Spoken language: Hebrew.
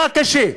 מה קשה?